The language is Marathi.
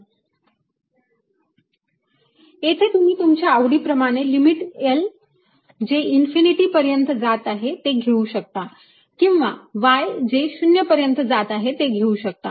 Vxyz4π0 L2L2dy2y y2 Let y yρtanθ ∴ dyρθdθ 1yL2to 2 y L2 Vxyz4π021θdθ sec 4π0ln⁡।sec1tan1sec2tan2। येथे तुम्ही तुमच्या आवडीप्रमाणे लिमिट L जे इन्फिनिटी पर्यंत जात आहे ते घेऊ शकता किंवा y जे 0 पर्यंत जात आहे ते घेऊ शकता